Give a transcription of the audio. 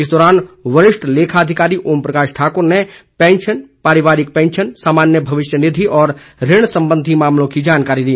इस दौरान वरिष्ठ लेखा अधिकारी ओम प्रकाश ठाकुर ने पैंशन पारिवारिक पैंशन सामान्य भविष्य निधि और ऋण संबंधी मामलों की जानकारी दी